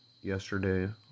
Yesterday